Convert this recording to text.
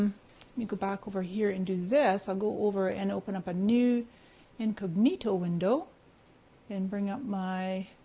me go back over here and do this, i'll go over and open up a new incognito window and bring up my